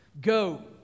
Go